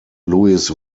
louis